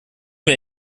mir